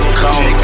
come